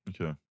Okay